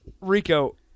Rico